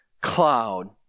cloud